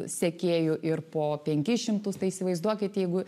sekėjų ir po penkis šimtus tai įsivaizduokit jeigu